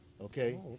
okay